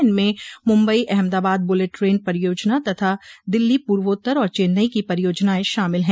इनमें Mumbai Ahmedabad bullet train परियोजना तथा दिल्ली पूर्वोत्तर और चेन्नई की परियोजनाएं शामिल हैं